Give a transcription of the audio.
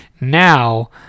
Now